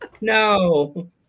No